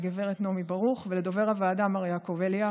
לגב' נעמי ברוך ולדובר הוועדה מר יעקב אליאך.